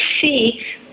see